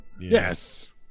Yes